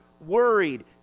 worried